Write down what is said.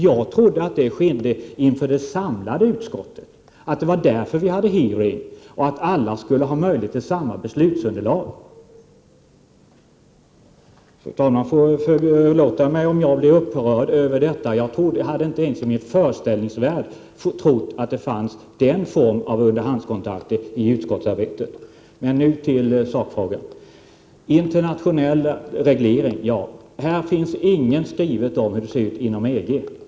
Jag trodde att sådant skedde inför det samlade utskottet, att det var därför vi hade en hearing och att alla skulle ha möjlighet till samma beslutsunderlag. Fru talmannen får förlåta mig, om jag blir upprörd över detta. Jag hade inte ens i min föreställningsvärld trott att den formen av underhandskontakter förekom i utskottsarbetet. Men nu till sakfrågan. Internationell reglering — här finns inget skrivet om hur det ser ut inom EG.